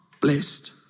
blessed